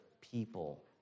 people